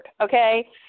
okay